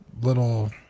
little